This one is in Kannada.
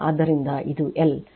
ಆದ್ದರಿಂದ ಇದು L